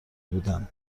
بودن